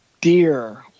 dear